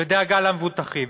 בדאגה למבוטחים.